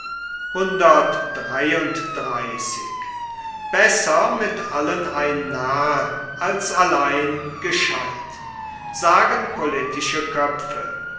umgehn sagen politische köpfe